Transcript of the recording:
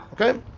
Okay